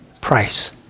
price